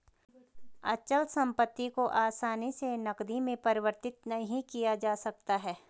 अचल संपत्ति को आसानी से नगदी में परिवर्तित नहीं किया जा सकता है